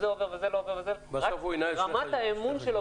עובר וזה לא עובר וזה לא עובר רמת האמון שלו